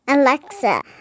Alexa